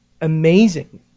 amazing